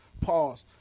Pause